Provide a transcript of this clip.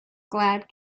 glad